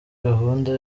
gahunda